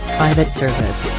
private service,